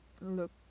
look